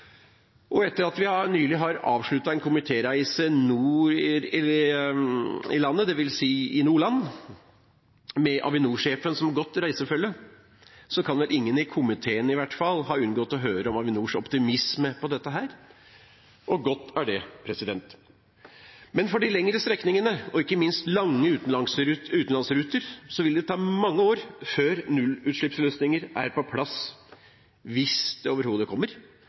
Og etter at vi nylig har avsluttet en komitéreise nord i landet, dvs. til Nordland, med Avinor-sjefen som godt reisefølge, kan vel ingen i komiteen i hvert fall ha unngått å høre om Avinors optimisme rundt dette – og godt er det. Men for de lengre strekningene, og ikke minst lange utenlandsruter, vil det ta mange år før nullutslippsløsninger er på plass – hvis det overhodet kommer.